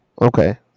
Okay